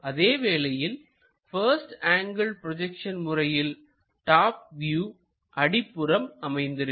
அதேவேளையில் first angle projection முறையில் top view அடிப்புறம் அமைந்திருக்கும்